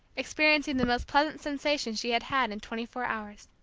experiencing the most pleasant sensation she had had in twenty-four hours.